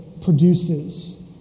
produces